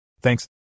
Thanks